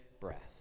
breath